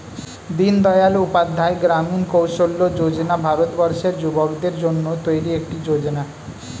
দিনদয়াল উপাধ্যায় গ্রামীণ কৌশল্য যোজনা ভারতবর্ষের যুবকদের জন্য তৈরি একটি যোজনা